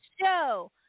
show